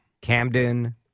Camden